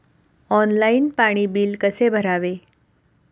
Online पाणी bill कसे भरावे?